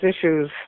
issues